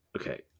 Okay